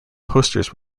posters